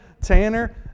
Tanner